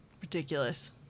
Ridiculous